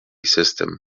system